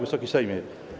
Wysoki Sejmie!